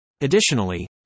Additionally